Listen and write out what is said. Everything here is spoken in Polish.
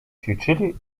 ćwiczyli